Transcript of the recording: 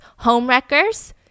homewreckers